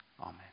Amen